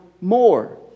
More